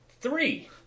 three